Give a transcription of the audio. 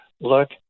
look